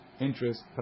interest